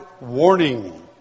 warning